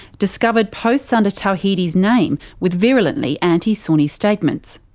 discovered posts under tawhidi's name with virulently anti-sunni statements.